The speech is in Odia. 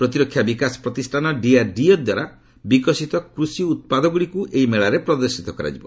ପ୍ରତିରକ୍ଷା ବିକାଶ ପ୍ରତିଷାନ ଡିଆର୍ଡିଓ ଦ୍ୱାରା ବିକଶିତ କୃଷି ଉତ୍ପାଦଗ୍ରଡ଼ିକ୍ ଏହି ମେଳାରେ ପ୍ରଦର୍ଶିତ ହେବ